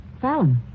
Fallon